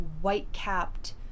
white-capped